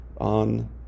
on